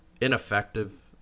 ineffective